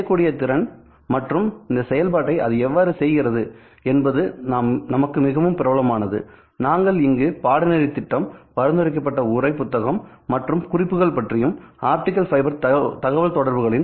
செய்யக்கூடிய திறன் மற்றும் இந்த செயல்பாட்டை அது எவ்வாறு செய்கிறது என்பது நமக்கு மிகவும் பிரபலமானது நாங்கள் இங்கு பாடநெறி திட்டம் பரிந்துரைக்கப்பட்ட உரை புத்தகம் மற்றும் குறிப்புகள் பற்றியும் ஆப்டிகல் ஃபைபர் தகவல்தொடர்புகளின்